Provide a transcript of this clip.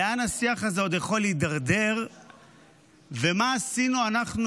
לאן השיח הזה עוד יכול להידרדר ומה עשינו אנחנו,